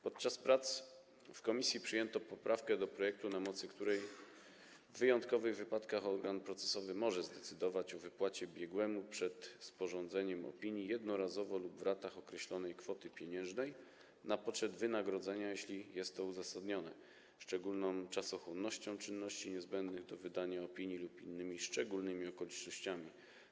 Podczas prac w komisji przyjęto poprawkę do projektu, na mocy której w wyjątkowych wypadkach organ procesowy może zdecydować o wypłacie biegłemu przed sporządzeniem opinii, jednorazowo lub w ratach, określonej kwoty pieniężnej na potrzeby wynagrodzenia, jeśli jest to uzasadnione szczególną czasochłonnością czynności niezbędnych do wydania opinii lub innymi szczególnymi okolicznościami.